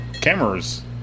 cameras